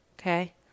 okay